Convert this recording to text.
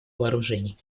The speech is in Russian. вооружений